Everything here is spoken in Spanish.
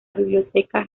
biblioteca